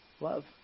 Love